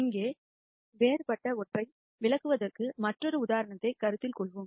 இங்கே வேறுபட்ட ஒன்றை விளக்குவதற்கு மற்றொரு உதாரணத்தைக் கருத்தில் கொள்வோம்